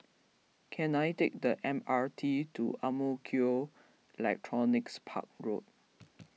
can I take the M R T to Ang Mo Kio Electronics Park Road